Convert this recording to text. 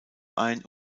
ein